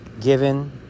...given